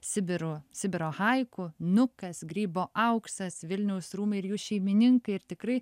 sibiru sibiro haiku nukas grybo auksas vilniaus rūmai ir jų šeimininkai ir tikrai